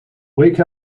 wake